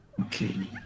Okay